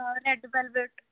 red velvet